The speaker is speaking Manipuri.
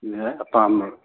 ꯌꯥꯏ ꯑꯄꯥꯝꯕ